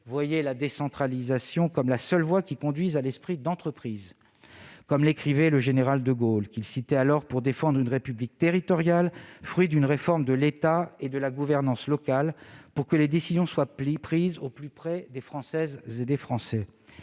voyait la décentralisation comme la « seule voie qui conduise à l'esprit d'entreprise », comme l'écrivait le général de Gaulle, qu'il citait alors pour défendre une République territoriale, fruit d'une réforme de l'État et de la gouvernance locale pour que les décisions soient prises au plus près des Françaises et des Français.